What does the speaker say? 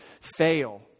fail